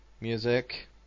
music